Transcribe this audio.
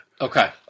Okay